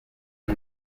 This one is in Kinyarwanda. ngo